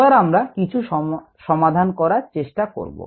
এবার আমরা কিছু সমাধান করার চেষ্টা করব